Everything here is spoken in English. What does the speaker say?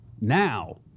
Now